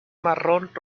marrón